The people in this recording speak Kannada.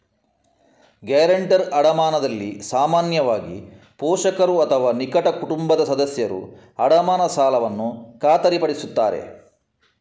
ಗ್ಯಾರಂಟರ್ ಅಡಮಾನದಲ್ಲಿ ಸಾಮಾನ್ಯವಾಗಿ, ಪೋಷಕರು ಅಥವಾ ನಿಕಟ ಕುಟುಂಬದ ಸದಸ್ಯರು ಅಡಮಾನ ಸಾಲವನ್ನು ಖಾತರಿಪಡಿಸುತ್ತಾರೆ